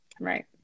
Right